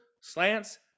slants